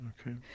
Okay